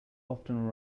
often